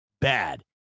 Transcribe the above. Bad